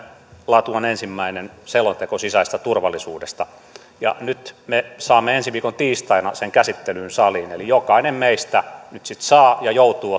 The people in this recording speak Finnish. laatuaan ensimmäinen selonteko sisäisestä turvallisuudesta ja nyt me saamme ensi viikon tiistaina sen käsittelyyn saliin eli jokainen meistä nyt sitten saa ja joutuu